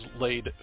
laid